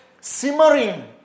simmering